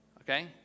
okay